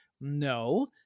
No